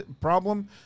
problem